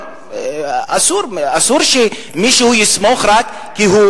אסור שמישהו יסמוך רק כי הוא